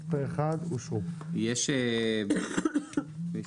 הצבעה אושרו יש עוד